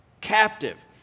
captive